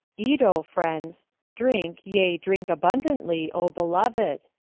eat, o friends drink, yea, drink abundantly, o beloved.